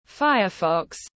Firefox